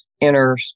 inner